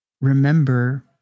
remember